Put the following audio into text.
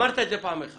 אמרת את זה כבר פעם אחת.